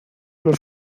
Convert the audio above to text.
los